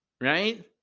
right